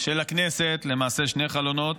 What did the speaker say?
של הכנסת, למעשה, שני חלונות.